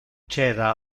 c’era